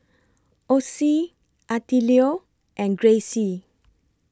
Ossie Attilio and Grayce